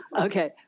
okay